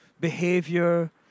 behavior